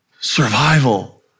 survival